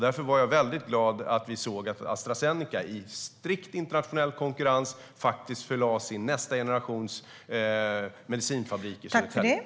Därför var jag mycket glad att Astra Zeneca i strikt internationell konkurrens förlade nästa generations medicinfabriker i Södertälje.